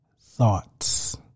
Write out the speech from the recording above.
thoughts